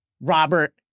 Robert